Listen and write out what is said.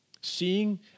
seeing